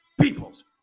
Peoples